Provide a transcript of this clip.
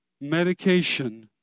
medication